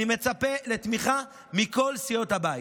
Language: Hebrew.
אני מצפה לתמיכה מכל סיעות הבית.